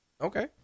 Okay